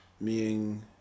meaning